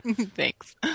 Thanks